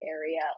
area